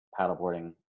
paddleboarding